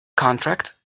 contract